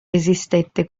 resistette